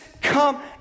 come